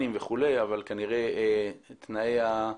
שיש חוק שאומר שצריך להביא